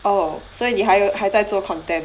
oh 所以你还有还在做 content